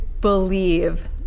believe